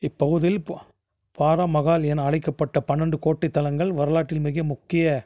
இப்பகுதியில் பா பாராமஹால் என அழைக்கப்பட்ட பன்னென்டு கோட்டை தளங்கள் வரலாற்றில் மிக முக்கிய